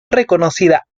reconocida